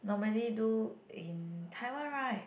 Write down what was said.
normally do in Taiwan right